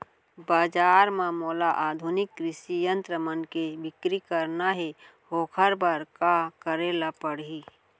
बजार म मोला आधुनिक कृषि यंत्र मन के बिक्री करना हे ओखर बर का करे ल पड़ही?